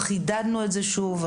חידדנו את זה שוב.